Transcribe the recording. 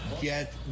Get